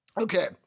Okay